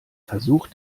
versuch